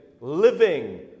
living